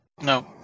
No